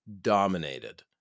dominated